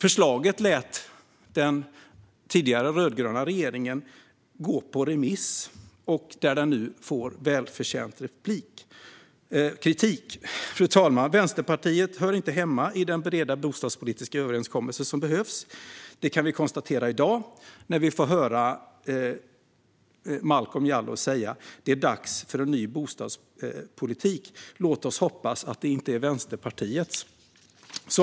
Den rödgröna regeringen lät detta förslag gå ut på remiss, och det får nu välförtjänt kritik. Fru talman! Vänsterpartiet hör inte hemma i den breda bostadspolitiska överenskommelse som behövs. Det kan vi konstatera i dag när vi hör Momodou Malcolm Jallow säga att det är dags för en ny bostadspolitik. Låt oss hoppas att det inte är Vänsterpartiets.